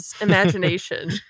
imagination